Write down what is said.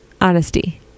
Honesty